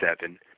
seven